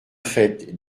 fait